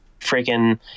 freaking